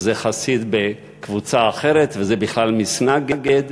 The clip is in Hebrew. וזה חסיד בקבוצה אחרת, וזה בכלל מתנגד.